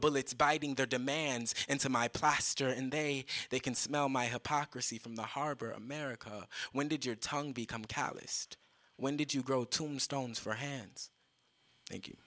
bullets biting their demands and to my plaster and then they can smell my hypocrisy from the harbor america when did your tongue become calloused when did you grow tombstones for hands thank